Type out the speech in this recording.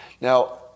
Now